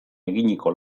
eginiko